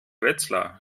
wetzlar